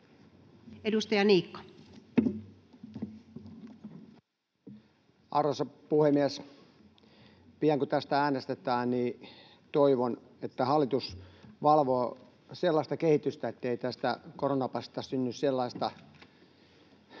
Content: Arvoisa puhemies! Pian kun tästä äänestetään, niin toivon, että hallitus valvoo sellaista kehitystä, ettei tästä koronapassista synny sellaista